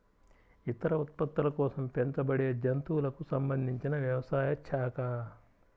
ఇతర ఉత్పత్తుల కోసం పెంచబడేజంతువులకు సంబంధించినవ్యవసాయ శాఖ